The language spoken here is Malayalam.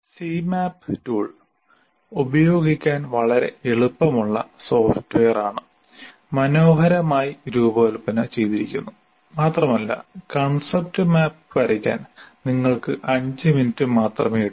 സിമാപ് ടൂൾ ഉപയോഗിക്കാൻ വളരെ എളുപ്പമുള്ള സോഫ്റ്റ്വെയർ ആണ് മനോഹരമായി രൂപകൽപ്പന ചെയ്തിരിക്കുന്നു മാത്രമല്ല കൺസെപ്റ്റ് മാപ്പ് വരയ്ക്കാൻ നിങ്ങൾക്ക് 5 മിനിറ്റ് മാത്രമേ എടുക്കൂ